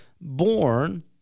born